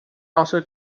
also